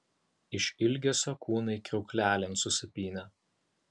iš ilgesio kūnai kriauklelėn susipynė